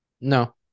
No